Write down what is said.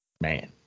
Man